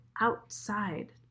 outside